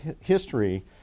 history